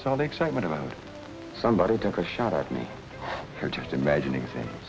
all the excitement about somebody took a shot at me for just imagining things